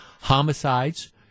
homicides